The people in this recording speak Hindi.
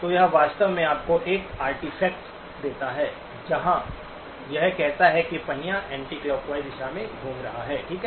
तो यह वास्तव में आपको एक आर्टिफैक्ट देता है जहां यह कहता है कि पहिया एंटीलॉकवाइज दिशा में घूम रहा है ठीक है